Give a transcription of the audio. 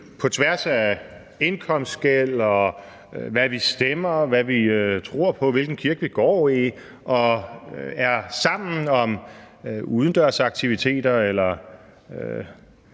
på tværs af indkomstskel, og hvad vi stemmer, hvad vi tror på, og hvilken kirke vi går i, og er sammen om udendørsaktiviteter eller